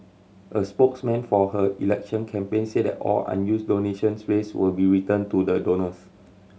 a spokesman for her election campaign said that all unused donations raised will be returned to the donors